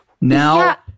Now